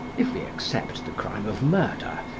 if we except the crime of murder,